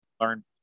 learn